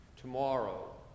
Tomorrow